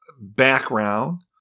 background